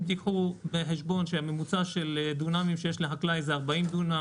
אבל אם תיקחו בחשבון שהממוצע שיש לחקלאי זה 40 דונם,